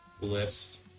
list